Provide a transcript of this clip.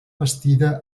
bastida